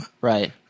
Right